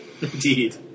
Indeed